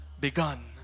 begun